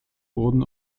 wurden